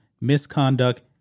misconduct